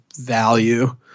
value